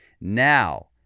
Now